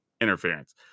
interference